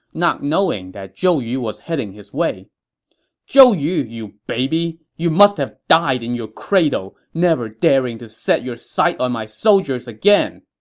not knowing that zhou yu was heading his way zhou yu, you baby! you must have died in your cradle, never daring to set your sight on my soldiers again!